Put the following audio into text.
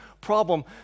problem